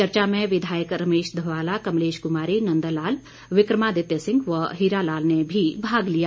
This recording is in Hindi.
चर्चा में विधायक रमेश धवाला कमलेश कुमारी नंद लाल विक्रमादित्य सिंह व हीरा लाल ने भी भाग लिया